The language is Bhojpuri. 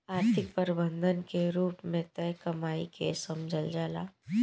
आर्थिक प्रबंधन के रूप में तय कमाई के समझल जाला